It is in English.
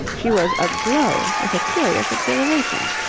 she was aglow with a curious exhilaration.